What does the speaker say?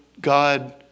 God